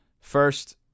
first